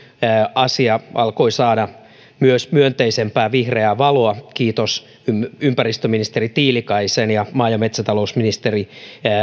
asia alkoi saada myös myönteisempää vihreää valoa kiitos ympäristöministeri tiilikaisen ja maa ja metsätalousministeri